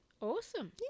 Awesome